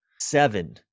Seven